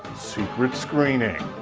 secret screening!